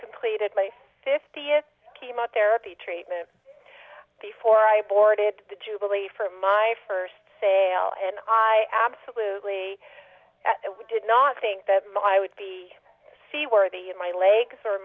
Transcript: completed my fiftieth chemotherapy treatment before i boarded the jubilee for my first sale and i absolutely did not think that my would be sea worthy in my legs